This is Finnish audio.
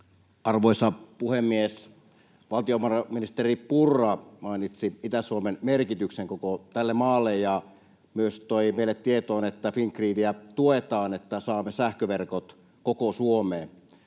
Arvoisa puhemies! Valtiovarainministeri Purra mainitsi Itä-Suomen merkityksen koko tälle maalle ja myös toi meille tietoon, että Fingridiä tuetaan, että saamme sähköverkot koko Suomeen.